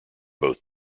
both